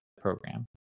program